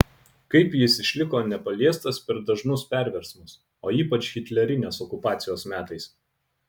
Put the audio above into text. kaip jis išliko nepaliestas per dažnus perversmus o ypač hitlerinės okupacijos metais